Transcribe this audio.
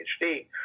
PhD